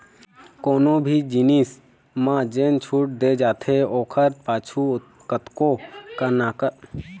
कोनो भी जिनिस म जेन छूट दे जाथे ओखर पाछू कतको कारन होथे